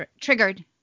Triggered